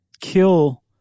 kill